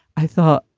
i thought,